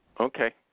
Okay